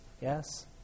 Yes